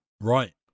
Right